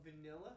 vanilla